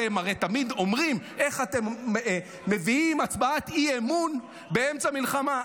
אתם הרי תמיד אומרים: איך אתם מביאים הצבעת אי-אמון באמצע מלחמה?